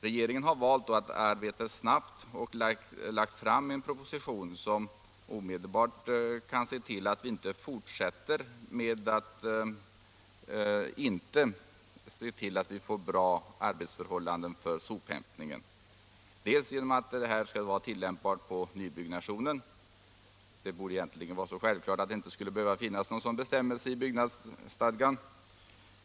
Regeringen har valt att arbeta snabbt och lagt fram en proposition som omedelbart kan se till att vi inte fortsätter med att skapa dåliga arbetsförhållanden för sophämtningen i nybyggnationen. Detta borde egentligen vara så självklart att det inte behövde finnas med någon sådan bestämmelse i byggnadsstadgan.